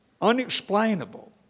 unexplainable